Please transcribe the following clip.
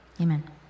amen